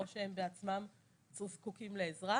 או שהם בעצמם זקוקים לעזרה,